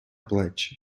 плечі